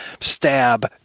Stab